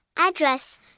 address